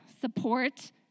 support